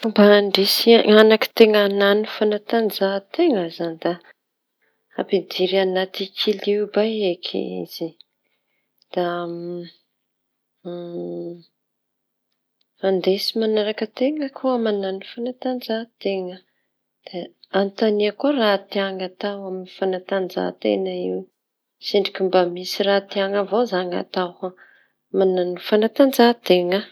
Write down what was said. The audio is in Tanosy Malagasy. Fomba andrisihan anaky teña añano fanatanjahan-teña da ampidira anaty kilioba eky izy da. Andesy manaraka an-teña koa mañano fanatanjaha-teña da anontania koa raha tiany atao amin'ny fanatanjahan-teña io sendriky mba misy raha tiany avao avao izañy amin'ny fanatanjahan-teña.